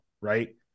right